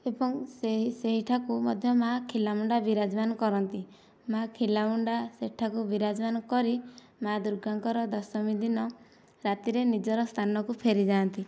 ଏବଂ ସେହି ସେହିଠାକୁ ମଧ୍ୟ ମାଆ ଖିଲାମୁଣ୍ଡା ବିରାଜ ମାନ କରନ୍ତି ମାଆ ଖିଲାମୁଣ୍ଡା ସେଠାକୁ ବିରାଜ ମାନ କରି ମାଆ ଦୂର୍ଗାଙ୍କର ଦଶମୀ ଦିନ ରାତିରେ ନିଜର ସ୍ଥାନକୁ ଫେରିଯାଆନ୍ତି